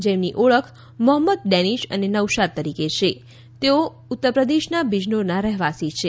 જેમની ઓળખ મોહમ્મદ ડેનીશ અને નૌશાદ છે બંન્ને ઉત્તરપ્રદેશના બીજનોરના રહેવાસી છે